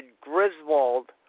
Griswold